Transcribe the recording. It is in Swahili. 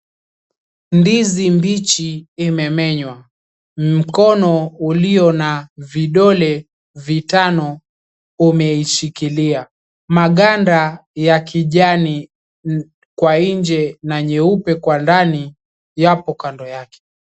Ndizi bichi imemenywa mkono uliyo na vidole vitano umeishikilia, maganda ya kijani kwa nje na nyeupe kwa ndani yapo kando yake.